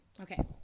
Okay